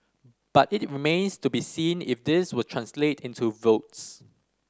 but it remains to be seen if this will translate into votes